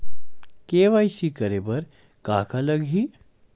KYC करे बर का का लगही?